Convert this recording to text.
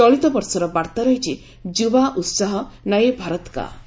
ଚଳିତବର୍ଷର ବାର୍ଭା ରହିଛି 'ଯୁବା ଉତ୍ସାହ ନୟେ ଭାରତ୍ କା'